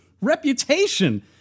reputation